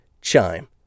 Chime